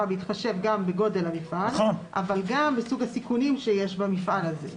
בהתחשב גם בגודל המפעל אבל גם בסוג הסיכונים שיש במפעל הזה.